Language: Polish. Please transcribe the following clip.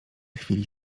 chwili